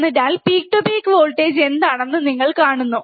അതിനാൽ peak to peak voltage എന്താണെന്ന് നിങ്ങൾ കാണുന്നു